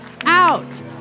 Out